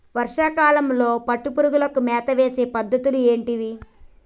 వర్షా కాలంలో పట్టు పురుగులకు మేత వేసే పద్ధతులు ఏంటివి?